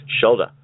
Shoulder